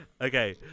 Okay